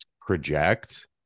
project